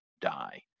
die